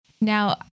Now